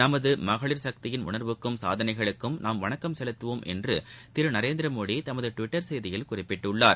நமதுமகளிர் சக்தியின் ச உணர்வுக்கும் ச சாதனைகளுக்கும் நாம் வணக்கம் செலுத்துவோம் என்றுதிருநரேந்திரமோடிதமதுடுவிட்டர் செய்தியில் குறிப்பிட்டுள்ளார்